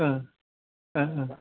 ओ ओ ओ